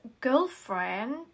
girlfriend